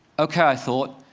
okay, i thought,